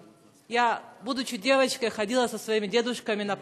(אומרת דברים בשפה הרוסית, להלן